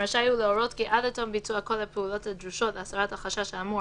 רשאי הוא להורות כי עד לתום ביצוע כל הפעולות הדרושות להסרת החשש האמור,